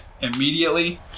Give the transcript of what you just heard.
immediately